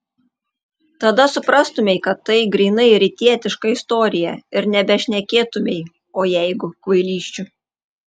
tada suprastumei kad tai grynai rytietiška istorija ir nebešnekėtumei o jeigu kvailysčių